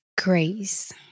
grace